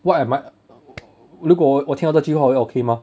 what am I 如果我挑这句话我会被骂